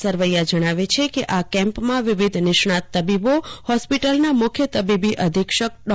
સરવૈયા જણાવે છે કે આ કેમ્પમાં વિવિધ નિષ્ણાત તબીબો હોસ્પિટલના મુખ્ય તબીબી અધિક્ષક ડો